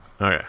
Okay